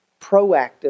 proactive